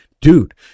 dude